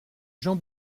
jean